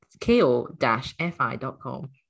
ko-fi.com